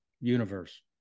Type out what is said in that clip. universe